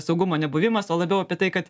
saugumo nebuvimas o labiau apie tai kad